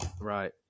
Right